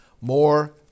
more